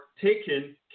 taken